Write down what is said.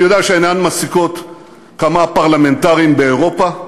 אני יודע שאינן מעסיקות כמה פרלמנטרים באירופה,